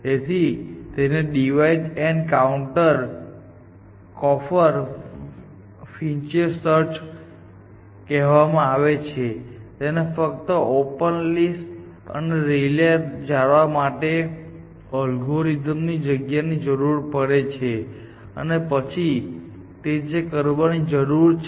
તેથી જ તેને divide and conquer frontier search કહેવામાં આવે છે તેને ફક્ત ઓપન લિસ્ટ અને રિલે લેયર જાળવવા માટે અલ્ગોરિધમમાં જગ્યાની જરૂર પડે છે અને પછી તે જ કરવાની જરૂર છે